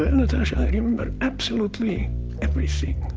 and natasha, i remember absolutely everything.